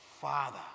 Father